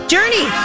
Journey